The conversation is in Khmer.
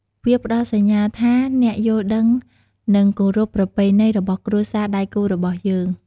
វាផ្ដល់សញ្ញាថាអ្នកយល់ដឹងនិងគោរពប្រពៃណីរបស់គ្រួសារដៃគូររបស់យើង។